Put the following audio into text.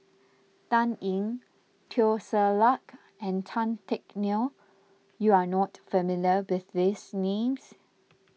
Dan Ying Teo Ser Luck and Tan Teck Neo you are not familiar with these names